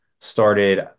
started